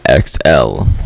XL